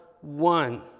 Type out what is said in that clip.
one